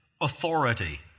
authority